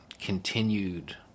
continued